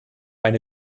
eine